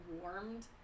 warmed